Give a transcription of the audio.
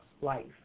life